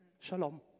Shalom